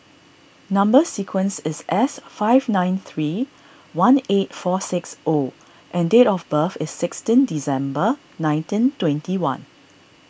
Number Sequence is S five nine three one eight four six O and date of birth is sixteen December nineteen twenty one